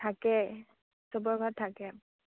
থাকে চবৰ ঘৰত থাকে